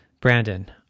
Brandon